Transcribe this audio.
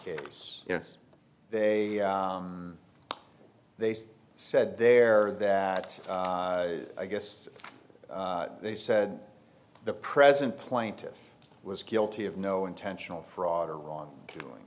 case yes they are they said there that i guess they said the present plaintiffs was guilty of no intentional fraud or wrong killing